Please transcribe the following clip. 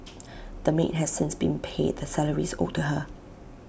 the maid has since been paid the salaries owed to her